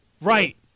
Right